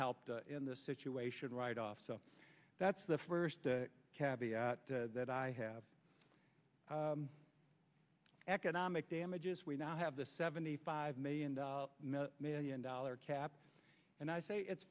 helped in this situation right off so that's the first cab that i have economic damages we now have the seventy five million dollar million dollar cap and i say it's